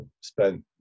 spent